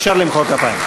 אפשר למחוא כפיים.